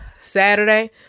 Saturday